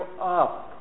up